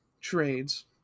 trades